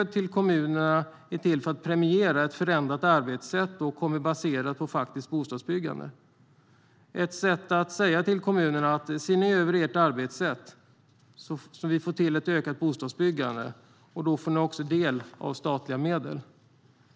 Det är till för att premiera ett förändrat arbetssätt och kommer att baseras på faktiskt bostadsbyggande. Det är ett sätt att säga till kommunerna att om de ser över sitt arbetssätt så att vi får till ökat bostadsbyggande får de också del av statliga medel.